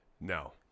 No